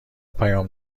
پیام